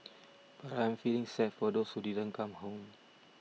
but I am feeling sad for those who didn't come home